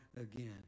again